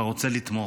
אתה רוצה לתמוך.